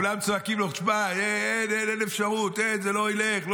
כולם צועקים לו: אין אפשרות, זה לא ילך.